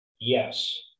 Yes